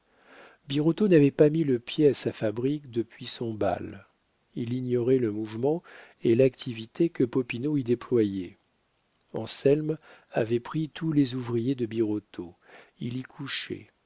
n'avait pas mis le pied à sa fabrique depuis son bal il ignorait le mouvement et l'activité que popinot y déployait anselme avait pris tous les ouvriers de birotteau il y couchait